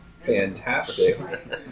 Fantastic